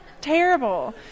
terrible